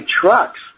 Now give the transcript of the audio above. trucks